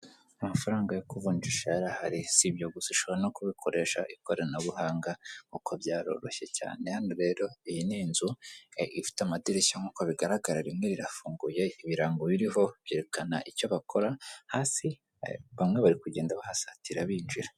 Amafaranga yo kuvunjisha yo arahari, si ibyo gusa ushobora no kubikoresha ikoranabuhanga, kuko byaroroshye cyane, hano rero iyi ni inzu ifite amadirishya nkuko bigaragara rimwe rirafunguye ibirango biriho byerekana icyo bakora, hasi bamwe bari kugenda bahasatira binjira.